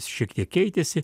šiek tiek keitėsi